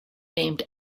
named